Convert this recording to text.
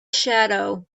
shadow